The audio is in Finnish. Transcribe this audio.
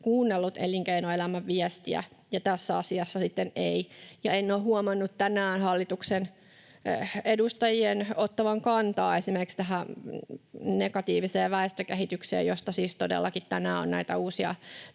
kuunnellut elinkeinoelämän viestiä ja tässä asiassa sitten ei. En ole huomannut tänään hallituksen edustajien ottavan kantaa esimerkiksi tähän negatiiviseen väestökehitykseen, josta siis todellakin tänään on näitä uusia